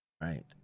Right